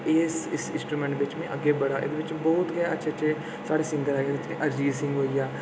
बट्ट एह् इक इंस्ट्रूमैंट बिच में अग्गै बधां एह्दे बिच बहुत गै अच्छे अच्छे साढ़े सिंगर एह्दे बिच साढ़े अजीज सिंह होई गेआ